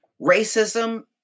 Racism